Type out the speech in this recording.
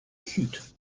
cute